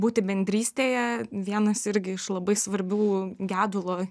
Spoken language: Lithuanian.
būti bendrystėje vienas irgi iš labai svarbių gedulo